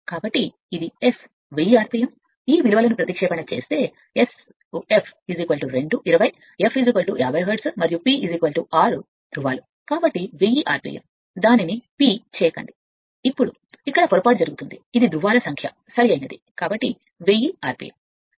కాబట్టి ఇది S1000 rpm ఈ విలువలనుప్రతిక్షేపణ చేస్తే S1 20 f 50 హెర్ట్జ్ మరియు P 6 ధ్రువాల కాబట్టి 1000 RPM దానిని PR చేయదు అప్పుడు ఇక్కడ పొరపాటు చేస్తుంది ధ్రువాల సంఖ్య సరైనది కాబట్టి 1000 RPM